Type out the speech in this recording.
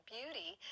Beauty